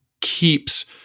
keeps